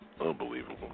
unbelievable